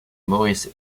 maurice